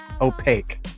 opaque